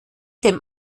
dem